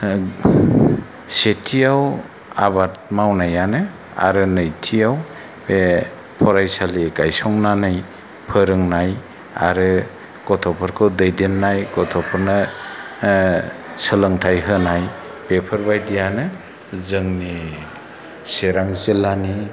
सेथियाव आबाद मावनायानो आरो नैथियाव बे फरायसालि गायसंनानै फोरोंनाय आरो गथ'फोरखौ दैदेन्नाय गथ'फोरनो सोलोंथाइ होनाय बेफोरबायदियानो जोंनि चिरां जिल्लानि